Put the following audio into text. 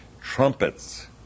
trumpets